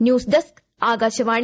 news desk Akashvani